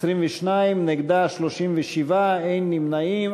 22, נגדה, 37, אין נמנעים.